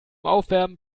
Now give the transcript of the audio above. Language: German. aufwärmen